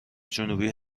جنوبی